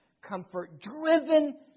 comfort-driven